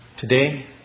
today